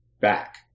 back